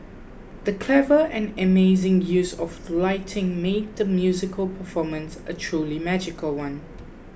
the clever and amazing use of lighting made the musical performance a truly magical one